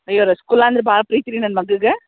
ಅಯ್ಯೋ ರಸ್ಗುಲಾ ಅಂದ್ರೆ ಭಾಳ ಪ್ರೀತಿ ರೀ ನನ್ನ ಮಗಳಿಗೆ